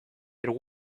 there